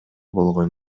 болгон